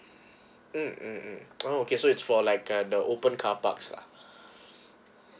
mm mm mm oh okay so it's for like a the open carparks lah